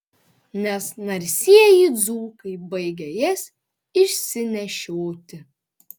nes narsieji dzūkai baigia jas išsinešioti